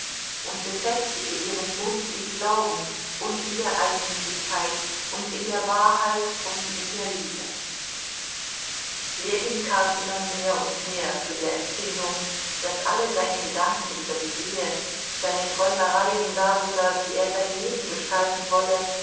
und befestige ihren bund im glauben und in der einmütigkeit und in der wahrheit und in der liebe ljewin kam immer mehr und mehr zu der empfindung daß alle seine gedanken über die ehe seine träumereien darüber wie er sein leben gestalten wolle